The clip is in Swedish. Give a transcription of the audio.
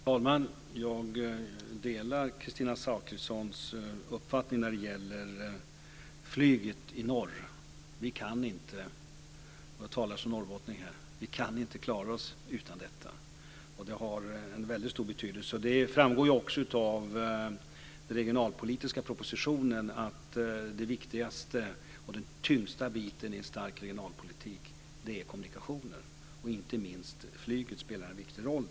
Fru talman! Jag delar Kristina Zakrissons uppfattning när det gäller flyget i norr. Vi kan inte - och jag talar nu som norrbottning - klara oss utan detta. Det har en väldigt stor betydelse. Det framgår också av den regionalpolitiska propositionen att den viktigaste och tyngsta biten i en stark regionalpolitik är kommunikationer, och inte minst flyget spelar där en viktig roll.